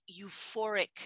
euphoric